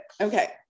okay